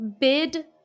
bid